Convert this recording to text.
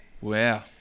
wow